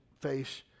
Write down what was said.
face